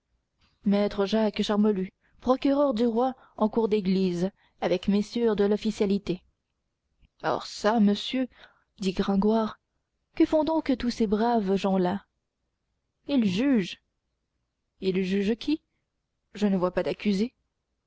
maître jacques charmolue procureur du roi en cour d'église avec messieurs de l'officialité or çà monsieur dit gringoire que font donc tous ces braves gens-là ils jugent ils jugent qui je ne vois pas d'accusé